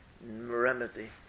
remedy